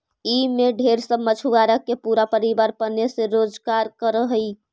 ई में ढेर सब मछुआरा के पूरा परिवार पने से रोजकार कर हई